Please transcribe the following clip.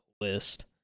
list